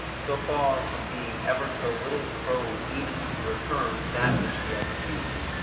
so far from being ever so little prone even to return that which he has received.